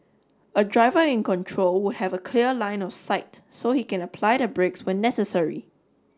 a driver in control would have a clear line of sight so he can apply the brakes when necessary